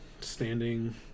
standing